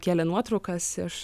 kėlė nuotraukas iš